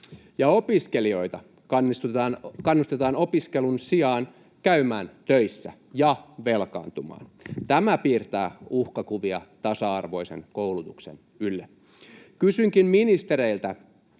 opiskelijoita kannustetaan opiskelun sijaan käymään töissä ja velkaantumaan. Tämä piirtää uhkakuvia tasa-arvoisen koulutuksen ylle. Kysynkin ministereiltä: